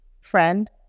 friend